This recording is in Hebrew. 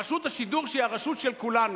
רשות השידור, שהיא הרשות של כולנו.